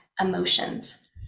emotions